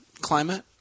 climate